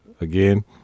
Again